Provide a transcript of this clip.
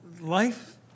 life